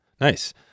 Nice